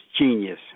genius